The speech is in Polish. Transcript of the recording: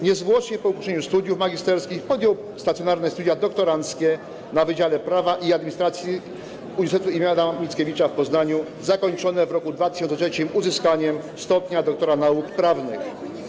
Niezwłocznie po ukończeniu studiów magisterskich podjął stacjonarne studia doktoranckie na Wydziale Prawa i Administracji Uniwersytetu im. Adama Mickiewicza w Poznaniu, zakończone w roku 2013 uzyskaniem stopnia doktora nauk prawnych.